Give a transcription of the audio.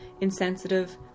insensitive